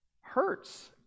hurts